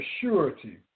surety